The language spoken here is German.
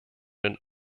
den